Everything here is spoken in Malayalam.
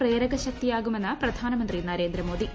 പ്രേരക ശക്തിയാകുമെന്ന് പ്രിയർന്മന്ത്രി നരേന്ദ്രമോദി